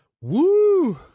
Woo